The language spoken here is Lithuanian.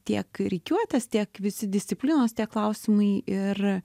tiek rikiuotės tiek visi disciplinos tie klausimai ir